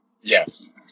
Yes